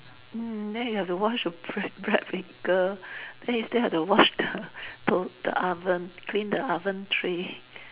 mm then you have to wash the bread bread maker then you still have to wash the to the oven clean the oven tray